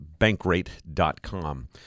Bankrate.com